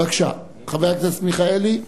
בבקשה, חבר הכנסת מיכאלי.